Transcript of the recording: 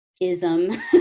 ism